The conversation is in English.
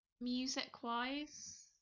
music-wise